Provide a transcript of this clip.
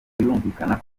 birumvikana